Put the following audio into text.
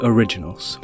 Originals